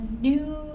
new